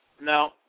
no